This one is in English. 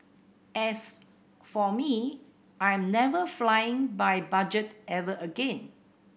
as for me I'm never flying by budget ever again